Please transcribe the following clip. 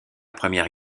première